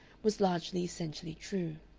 was largely essentially true.